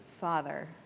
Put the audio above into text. father